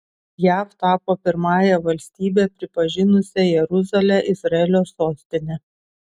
jav tapo pirmąja valstybe pripažinusia jeruzalę izraelio sostine